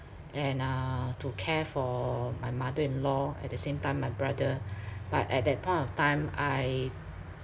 and uh to care for my mother in-law at the same time my brother but at that point of time I